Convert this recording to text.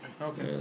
okay